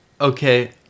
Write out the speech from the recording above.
Okay